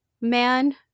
man